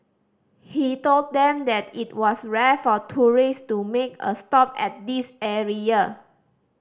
he told them that it was rare for tourist to make a stop at this area